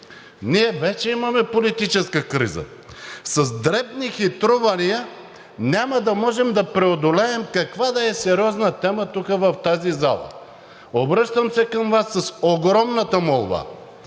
ние вече имаме политическа криза. С дребни хитрувания няма да можем да преодолеем каквато и да е сериозна тема тук в тази зала. Обръщам се към Вас с огромна молба